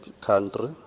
country